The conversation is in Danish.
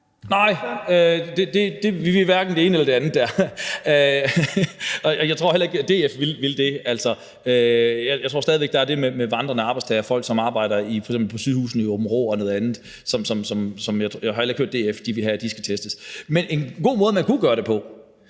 Nej, vi vil hverken det ene eller det andet der, og jeg tror heller ikke, at DF vil det. Jeg tror stadig væk, at der er det med vandrende arbejdstagere – folk, som f.eks. arbejder på sygehuset i Aabenraa. Jeg har ikke hørt, at DF vil have, at de skal testet. Men der er en god måde, man kunne gøre det på.